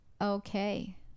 Okay